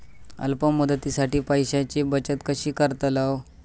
अल्प मुदतीसाठी पैशांची बचत कशी करतलव?